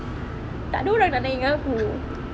takde orang nak naik dengan aku